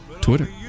twitter